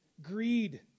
greed